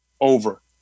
Over